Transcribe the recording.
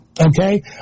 okay